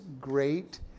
great